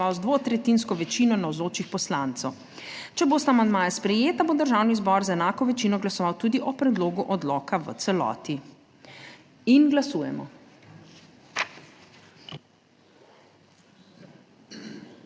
z dvotretjinsko večino navzočih poslancev. Če bosta amandmaja sprejeta, bo Državni zbor z enako večino glasoval tudi o predlogu odloka v celoti. In glasujemo.